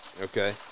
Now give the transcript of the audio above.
Okay